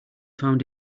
found